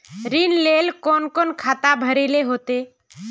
ऋण लेल कोन कोन खाता भरेले होते?